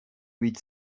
huit